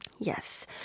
yes